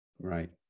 Right